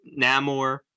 Namor